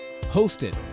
hosted